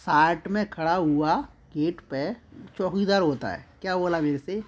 साथ में खड़ा हुआ गेट पर चौकीदार होता है क्या बोला मेरे से